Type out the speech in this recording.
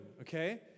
okay